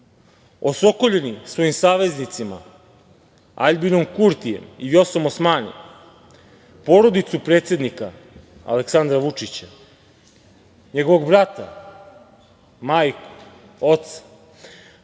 osokoljeni svojim saveznicima Aljbinom Kurtijem i Vjosom Osmani, porodicu predsednika Aleksandra Vučića, njegovog brata, majku, oca,